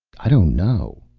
i don't know.